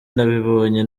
nabibonye